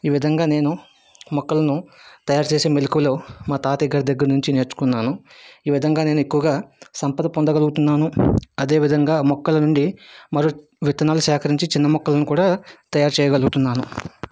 ఈ విధంగా నేను మొక్కలను తయారు చేసే మెలుకువలు మా తాత దగ్గ దగ్గర నుంచి నేర్చుకున్నాను ఈ విధంగా నేను ఎక్కువగా సంపద పొందగలుగుతున్నాను అదే విధంగా మొక్కల నుండి మరొక విత్తనాలు సేకరించి చిన్న ముక్కలను కూడా తయారు చేయగలుగుతున్నాను